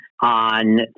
on